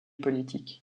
politique